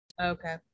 Okay